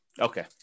Okay